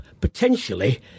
potentially